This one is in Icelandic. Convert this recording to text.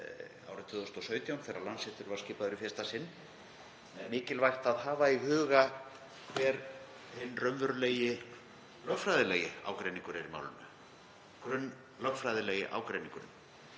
árið 2017 þegar Landsréttur var skipaður í fyrsta sinn er mikilvægt að hafa í huga hver hinn raunverulegi lögfræðilegi ágreiningur er í málinu, grunnlögfræðilegi ágreiningurinn.